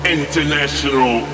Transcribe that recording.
international